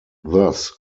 thus